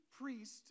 priest